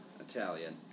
Italian